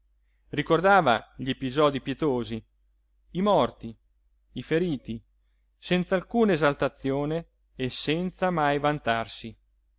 ricordava gli episodii pietosi i morti i feriti senz'alcuna esaltazione e senza mai vantarsi